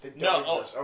No